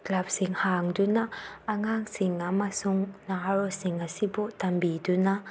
ꯀ꯭ꯂꯞꯁꯤꯡ ꯍꯥꯡꯗꯨꯅ ꯑꯉꯥꯡꯁꯤꯡ ꯑꯃꯁꯨꯡ ꯅꯍꯥꯔꯣꯜꯁꯤꯡ ꯑꯁꯤꯕꯨ ꯇꯝꯕꯤꯗꯨꯅ